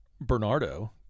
Bernardo